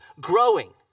growing